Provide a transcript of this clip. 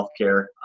healthcare